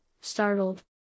startled